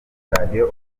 radio